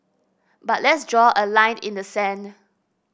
but let's draw a line in the sand